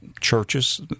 churches